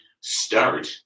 start